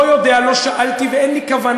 לא יודע, לא שאלתי, ואין לי כוונה,